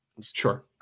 Sure